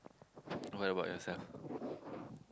what about yourself